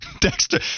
Dexter